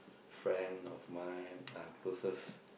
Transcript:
friend of mine uh closest